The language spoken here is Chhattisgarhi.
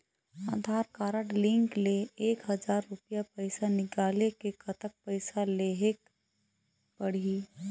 आधार कारड लिंक ले एक हजार रुपया पैसा निकाले ले कतक पैसा देहेक पड़ही?